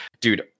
dude